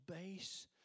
base